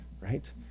right